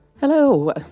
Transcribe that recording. Hello